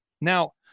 Now